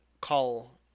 call